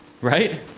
Right